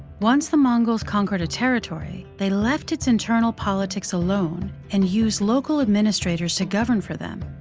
once the mongols conquered a territory, they left its internal politics alone and used local administrators to govern for them.